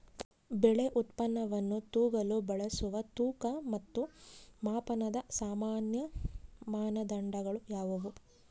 ಬೆಳೆ ಉತ್ಪನ್ನವನ್ನು ತೂಗಲು ಬಳಸುವ ತೂಕ ಮತ್ತು ಮಾಪನದ ಸಾಮಾನ್ಯ ಮಾನದಂಡಗಳು ಯಾವುವು?